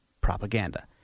propaganda